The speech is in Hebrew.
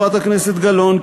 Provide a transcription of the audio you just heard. חברת הכנסת גלאון,